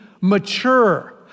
mature